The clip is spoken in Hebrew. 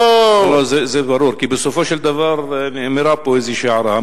זה ברור, כי בסופו של דבר נאמרה פה איזו הערה.